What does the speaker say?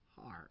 heart